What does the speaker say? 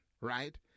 right